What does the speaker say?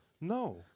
No